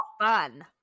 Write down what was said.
fun